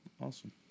Awesome